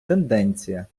тенденція